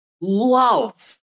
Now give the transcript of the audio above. love